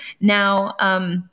Now